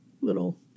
little